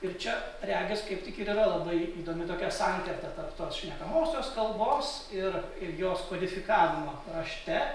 ir čia regis kaip tik ir yra labai įdomi tokia sankirta tarp tos šnekamosios kalbos ir ir jos kodifikavimo rašte